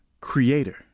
creator